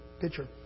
picture